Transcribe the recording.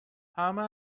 همه